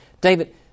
David